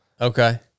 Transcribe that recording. Okay